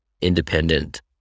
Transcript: independent